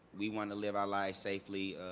we want to live our life safely.